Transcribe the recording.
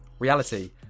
Reality